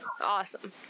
awesome